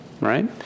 right